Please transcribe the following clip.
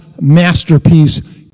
masterpiece